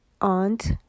aunt